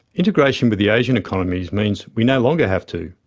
integration with the asian economies means we no longer have to.